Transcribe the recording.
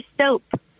soap